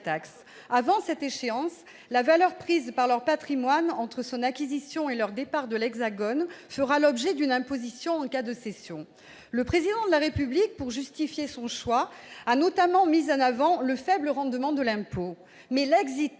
Avant cette échéance, la valeur prise par leur patrimoine entre son acquisition et leur départ de l'Hexagone fera l'objet d'une imposition en cas de cession. Le Président de la République, pour justifier son choix, a notamment mis en avant le faible rendement de l'impôt. Mais l'est